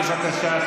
בבקשה,